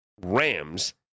Rams